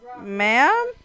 Ma'am